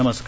नमस्कार